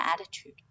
attitude